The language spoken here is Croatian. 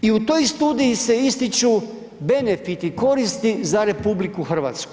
I u toj studiji se ističu benefiti, koristi za RH.